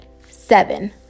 Seven